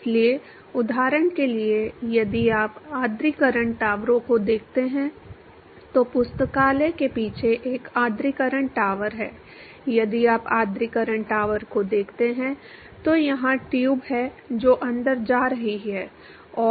इसलिए उदाहरण के लिए यदि आप आर्द्रीकरण टावरों को देखते हैं तो पुस्तकालय के पीछे एक आर्द्रीकरण टावर है यदि आप आर्द्रीकरण टावर को देखते हैं तो वहां ट्यूब हैं जो अंदर जा रही हैं और